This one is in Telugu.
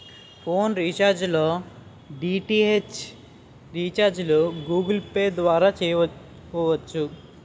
ఫోన్ రీఛార్జ్ లో డి.టి.హెచ్ రీఛార్జిలు గూగుల్ పే ద్వారా చేసుకోవచ్చు